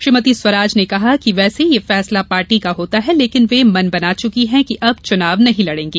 श्रीमती स्वराज ने कहा कि वेसे यह फैसला पार्टी का होता है लेकिन वे मन बना चुकी हैं कि अब चुनाव नहीं लड़ेंगी